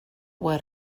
what